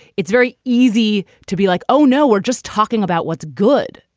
it's very easy to be like, oh, no, we're just talking about what's good.